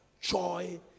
joy